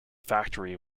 factory